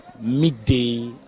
midday